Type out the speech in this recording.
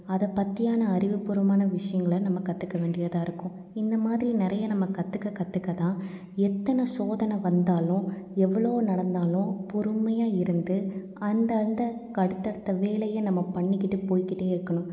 அதை பற்றியான அறிவுப்பூர்வமான விஷயங்கள நம்ம கற்றுக்க வேண்டியதாக இருக்கும் இந்த மாதிரி நிறைய நம்ம கற்றுக்க கற்றுக்க தான் எத்தனை சோதனை வந்தாலும் எவ்வளோ நடந்தாலும் பொறுமையாக இருந்து அந்தந்த அடுத்தடுத்த வேலையை நம்ம பண்ணிக்கிட்டு போய்கிட்டே இருக்கணும்